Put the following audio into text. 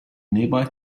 nearby